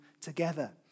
together